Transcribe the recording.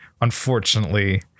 unfortunately